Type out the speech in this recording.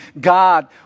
God